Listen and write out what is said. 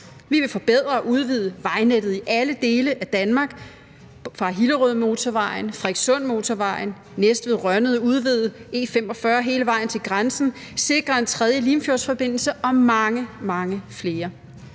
Vi vil forbedre og udvide vejnettet i alle dele af Danmark – Hillerødmotorvejen, Frederikssundmotorvejen, mellem Næstved og Rønnede og udvide E45 hele vejen til grænsen, sikre en tredje Limfjordsforbindelse og mange, mange